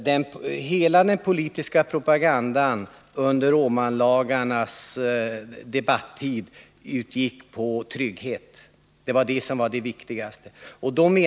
Fru talman! När Åmanlagarna debatterades gick den politiska propagandan helt ut på trygghet. Det var tryggheten som var det viktigaste.